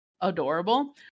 adorable